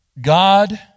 God